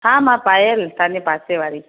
हा मां पायल तव्हांजे पासे वारी